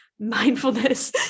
Mindfulness